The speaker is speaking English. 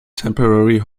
temporary